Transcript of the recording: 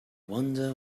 wonder